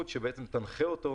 תגיד לי